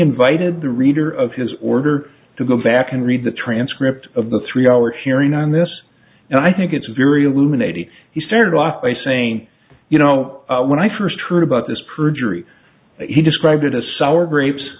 invited the reader of his order to go back and read the transcript of the three hour hearing on this and i think it's very illuminating he started off by saying you know when i first heard about this proofread he described it as sour grapes